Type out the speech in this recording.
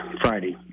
Friday